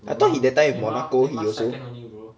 I thought he that time with Monaco he also